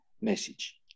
message